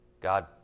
God